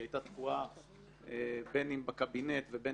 היא הייתה תקועה בין אם בקבינט ובין